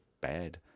bad